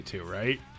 right